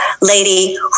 lady